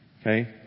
Okay